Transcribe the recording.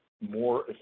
more